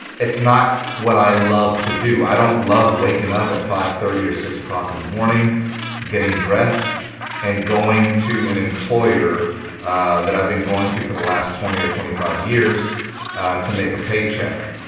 it's not what i love to do i don't love waking up at five thirty or six zero o'clock in the morning getting dressed and going to an employer that i've been going to for the last twenty or twenty five years to make a paycheck